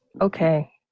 Okay